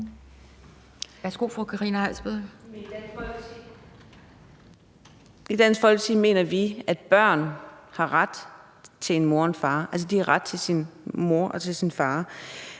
I Dansk Folkeparti mener vi, at børn har ret til en mor og en far.